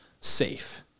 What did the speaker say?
safe